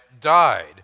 died